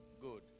Good